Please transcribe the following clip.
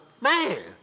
Man